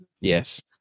Yes